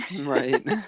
Right